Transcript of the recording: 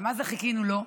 מה זה חיכינו לו?